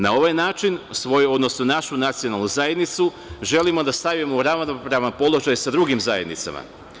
Na ovaj način, našu nacionalnu zajednicu, želimo da stavimo u ravnopravan položaj sa drugim zajednicama.